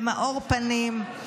במאור פנים,